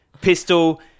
Pistol